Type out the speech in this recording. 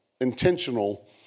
intentional